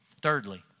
thirdly